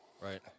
right